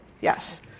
Yes